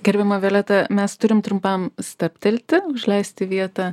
gerbiama violeta mes turim trumpam stabtelti užleisti vietą